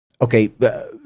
okay